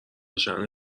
شأن